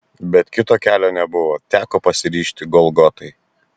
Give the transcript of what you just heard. bet kito kelio nebuvo teko pasiryžti golgotai